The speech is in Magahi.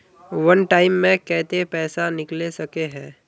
वन टाइम मैं केते पैसा निकले सके है?